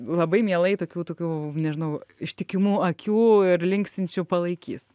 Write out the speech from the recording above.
labai mielai tokių tokių nežinau ištikimų akių ir linksinčių palaikys